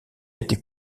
été